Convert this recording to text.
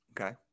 Okay